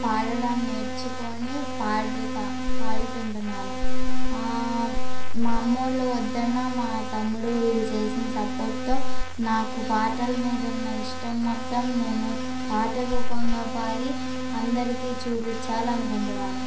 పాడడం నేర్చుకొని పాడుతా పాడుకుంటున్నాను మా అమ్మోళ్ళు వద్దన్నా మా తమ్ముడు వీళ్ళు చేసిన సపోర్ట్తో నాకు పాటల మీద ఉన్న ఇష్టం మొత్తం నేను పాట రూపంగా పాడి అందరికి చుపించాలనుకుంటున్నాను